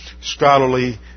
scholarly